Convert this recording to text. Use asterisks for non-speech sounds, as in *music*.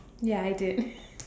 ya I did *laughs*